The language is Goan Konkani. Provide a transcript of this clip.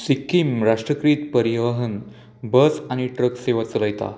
सिक्कीम राष्ट्रक्रीत परिवहन बस आनी ट्रक सेवा चलयता